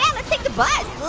let's take the bus.